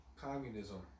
Communism